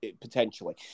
potentially